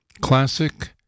classic